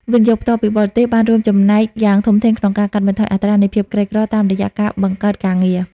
វិនិយោគផ្ទាល់ពីបរទេស បានរួមចំណែកយ៉ាងធំធេងក្នុងការកាត់បន្ថយអត្រានៃភាពក្រីក្រតាមរយៈការបង្កើតការងារ។